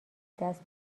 دست